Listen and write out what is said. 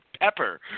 Pepper